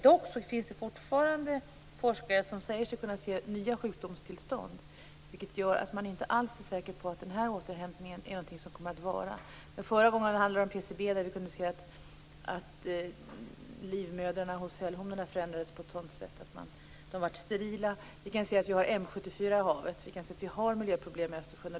Dock finns det fortfarande forskare som säger sig kunna se nya sjukdomstillstånd, vilket gör att man inte alls är säker på att den här återhämtningen är någonting som kommer att bestå. Förra gången handlade det om PCB. Vi kunde se att livmodern hos sälhonorna förändrades på ett sådant sätt att de blev sterila. Vi kan se att vi har M74 i havet. Vi kan se att vi har miljöproblem i Östersjön.